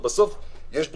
בסוף יש בריאות,